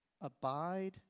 Abide